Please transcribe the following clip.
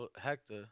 Hector